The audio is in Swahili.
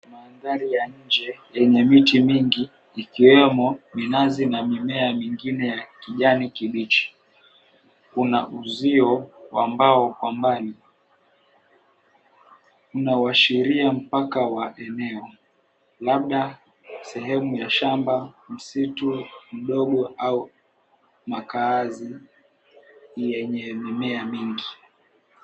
Mandhari ya nje in the miti mingi ikiwemo minazi na mimea mingine ya kijani kibichi. Kuna uzio wa mbao kwa mbali, unaoashiria mpaka wa eneo labda sehemu ya shamba, msitu mdogo au makaazi yenye mimea mingi.